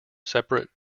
separate